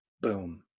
boom